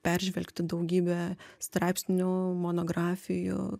peržvelgti daugybę straipsnių monografijų